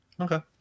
okay